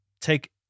take